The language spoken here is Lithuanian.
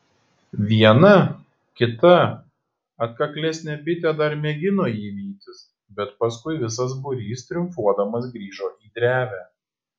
viena kita atkaklesnė bitė dar mėgino jį vytis bet paskui visas būrys triumfuodamas grįžo į drevę